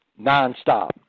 nonstop